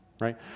right